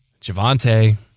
Javante